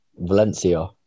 Valencia